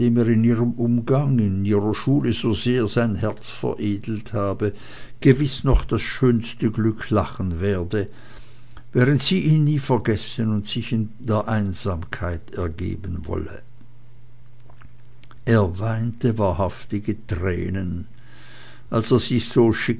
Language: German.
umgange in ihrer schule so sehr sein herz veredelt habe gewiß noch das schönste glück lachen werde während sie ihn nie vergessen und sich der einsamkeit ergeben wolle er weinte wahrhaftige tränen als er sich so